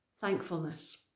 thankfulness